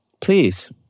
Please